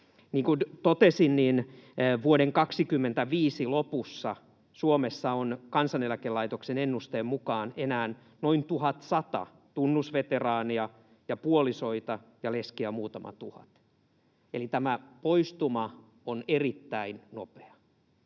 kuin totesin, vuoden 25 lopussa Suomessa on Kansaneläkelaitoksen ennusteen mukaan enää noin 1 100 tunnusveteraania ja puolisoita ja leskiä muutama tuhat, eli tämä poistuma on erittäin nopea.